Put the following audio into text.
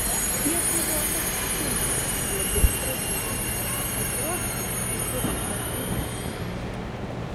jie buvo apsitaisę juodais drabužiais ir kruopščiai susiraitę ūsus